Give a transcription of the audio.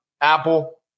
Apple